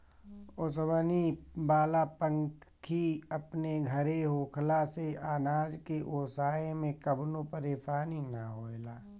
ओसवनी वाला पंखी अपन घरे होखला से अनाज के ओसाए में कवनो परेशानी ना होएला